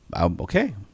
okay